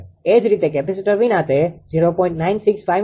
એ જ રીતે કેપેસિટર વિના તે 0